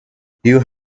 you